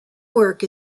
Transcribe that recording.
work